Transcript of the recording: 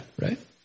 right